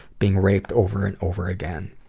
being raped over and over again.